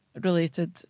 Related